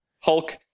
Hulk